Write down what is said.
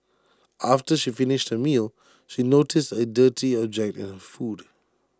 after she finished her meal she noticed A dirty object in her food